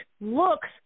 looks